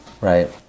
Right